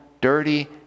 dirty